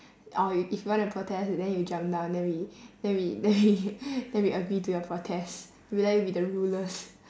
orh if if you wanna protest then you jump down then we then we then we then we agree to your protest we'll let you be the rulers